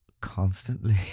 constantly